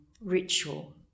ritual